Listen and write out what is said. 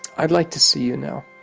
i'd like to see you now,